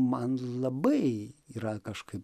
man labai yra kažkaip